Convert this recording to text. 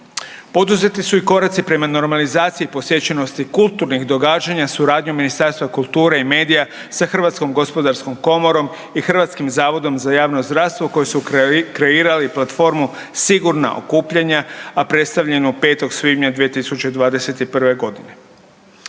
Poduzeti su i koraci prema normalizaciji posjećenosti kulturnih događanja suradnjom Ministarstva kulture i medija sa HGK i HZJZ koji su kreirali platformu Sigurna okupljanja, a predstavljenu 5. svibnja 2021. godine.